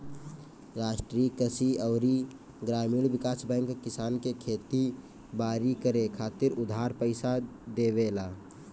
राष्ट्रीय कृषि अउरी ग्रामीण विकास बैंक किसानन के खेती बारी करे खातिर उधार पईसा देवेला